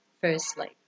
firstly